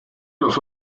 los